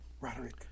Roderick